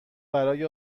برای